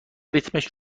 ریتمش